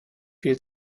viel